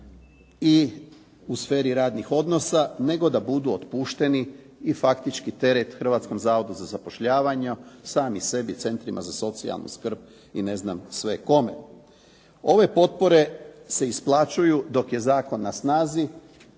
i u sferi radnih odnosa, nego da budu otpušteni i faktični teret Hrvatskom zavodu za zapošljavanje, sami sebi, centrima za socijalnu skrb i ne znam sve kome. Ove potpore se isplaćuju dok je zakon na snazi,